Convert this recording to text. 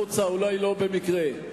אולי לא במקרה.